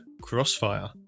Crossfire